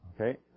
Okay